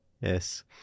Yes